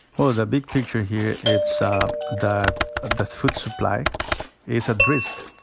well, the big picture here, it's that the food supply is at risk.